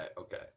okay